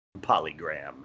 Polygram